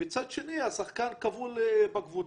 מצד שני השחקן כבול לקבוצה.